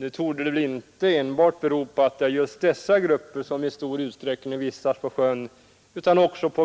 Nu torde det inte enbart bero på att det är just dessa grupper som i stor utsträckning vistas på sjön utan också på